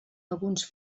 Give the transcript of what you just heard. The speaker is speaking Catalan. alguns